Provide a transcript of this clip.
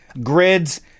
grids